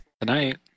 tonight